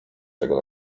tego